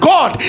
God